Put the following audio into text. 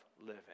living